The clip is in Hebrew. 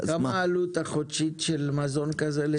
כמה העלות החודשית של מזון כזה לתינוק?